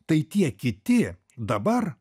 tai tie kiti dabar